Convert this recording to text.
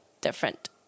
different